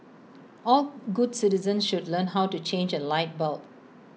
all good citizens should learn how to change A light bulb